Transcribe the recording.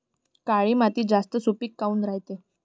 काळी माती जास्त सुपीक काऊन रायते?